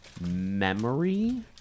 memory